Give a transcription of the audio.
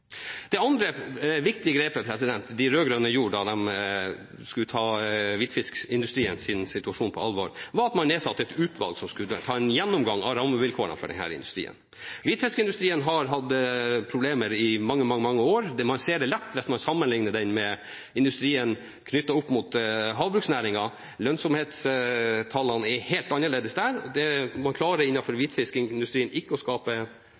Det andre viktige grepet de rød-grønne gjorde da de skulle ta hvitfiskindustriens situasjon på alvor, var at man nedsatte et utvalg som skulle ta en gjennomgang av rammevilkårene for denne industrien. Hvitfiskindustrien har hatt problemer i mange, mange år. Man ser det lett hvis man sammenligner den med industrien knyttet til havbruksnæringen. Lønnsomhetstallene er helt annerledes der. Man klarer ikke i hvitfiskindustrien å skape